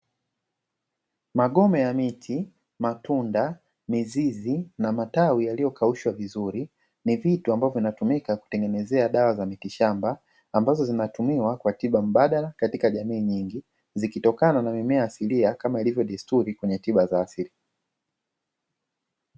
Magome ya miti, matunda, mizizi na matawi yaliyokaushwa vizuri, ni vitu ambavyo vinatumika kutengenezea dawa za miti shamba, ambazo zinatumiwa kwa tiba mbadala katika jamii nyingi zikitokana na mimea asili kama ilivyo desturi kwenye tiba za asili.